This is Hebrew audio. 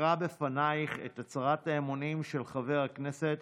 אקרא בפנייך את הצהרת האמונים של חבר הכנסת,